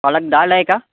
पालक दाल आहे का